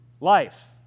life